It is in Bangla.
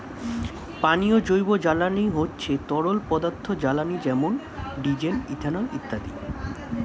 পানীয় জৈব জ্বালানি হচ্ছে তরল পদার্থ জ্বালানি যেমন ডিজেল, ইথানল ইত্যাদি